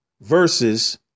versus